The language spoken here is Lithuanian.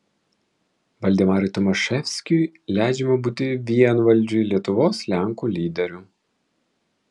valdemarui tomaševskiui leidžiama būti vienvaldžiui lietuvos lenkų lyderiu